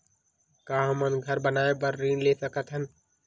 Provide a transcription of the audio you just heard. का हमन घर बनाए बार ऋण ले सकत हन?